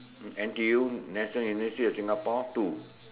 N_T_U national university of Singapore two